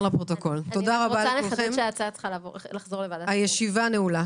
תודה רבה לכם, הישיבה נעולה.